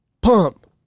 Pump